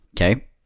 Okay